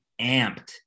amped